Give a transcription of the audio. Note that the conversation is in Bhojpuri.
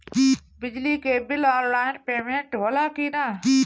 बिजली के बिल आनलाइन पेमेन्ट होला कि ना?